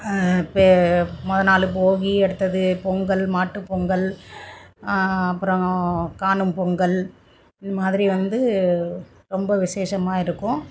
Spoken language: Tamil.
பெ மொதல் நாள் போகி அடுத்தது பொங்கல் மாட்டுப் பொங்கல் அப்புறம் காணும் பொங்கல் இதுமாதிரி வந்து ரொம்ப விசேஷமாக இருக்கும்